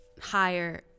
higher